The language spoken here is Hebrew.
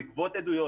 לגבות עדויות,